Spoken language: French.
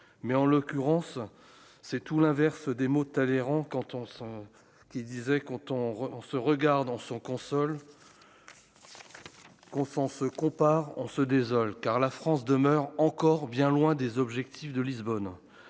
mais en l'occurrence c'est tout l'inverse des mots Talleyrand cantons sont qui disait : quand on on se regarde en sont console confond se compare on se désole, car la France demeure encore bien loin des objectifs de Lisbonne